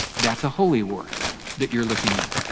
that's a holy war that you're looking at.